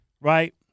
Right